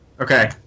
Okay